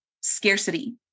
scarcity